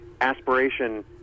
aspiration